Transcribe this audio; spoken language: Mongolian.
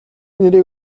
нэрийг